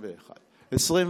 נתקבלה.